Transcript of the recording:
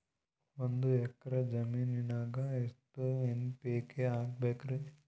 ಒಂದ್ ಎಕ್ಕರ ಜಮೀನಗ ಎಷ್ಟು ಎನ್.ಪಿ.ಕೆ ಹಾಕಬೇಕರಿ?